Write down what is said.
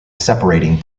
separating